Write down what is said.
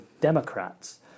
Democrats